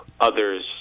others